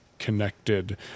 connected